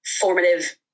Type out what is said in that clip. formative